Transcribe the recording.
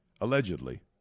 allegedly